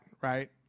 right